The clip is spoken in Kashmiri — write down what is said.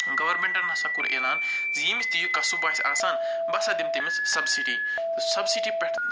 گورمٮ۪نٛٹَن ہسا کوٚر علان زِ ییٚمِس تہِ یہِ کَسٕب آسہِ آسان بہٕ ہسا دِمہٕ تٔمِس سَبسیٖڈی تہٕ سَبسیٖڈی پٮ۪ٹھ